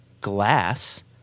glass